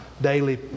daily